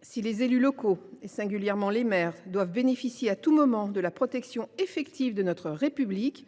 Si les élus locaux, et singulièrement les maires, doivent bénéficier à tout moment de la protection effective de notre République,